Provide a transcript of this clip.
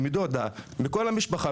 מדודה ומכל המשפחה,